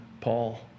Paul